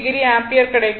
6o ampere கிடைக்கும்